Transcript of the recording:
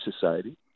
society